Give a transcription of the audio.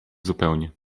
zupełnie